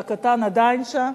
והקטן עדיין שם,